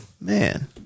Man